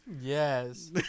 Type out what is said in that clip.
Yes